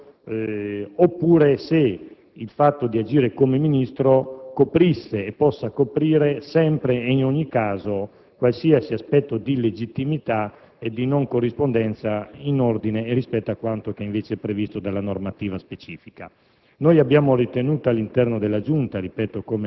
diversamente da quanto ha fatto, oppure se il fatto di agire come Ministro coprisse e possa coprire sempre ed in ogni caso qualsiasi aspetto di illegittimità e di non corrispondenza rispetto a quanto invece previsto dalla normativa specifica.